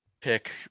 pick